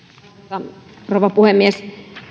arvoisa rouva puhemies